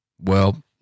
Well